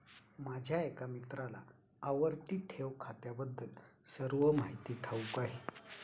माझ्या एका मित्राला आवर्ती ठेव खात्याबद्दल सर्व माहिती ठाऊक आहे